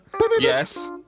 Yes